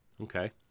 Okay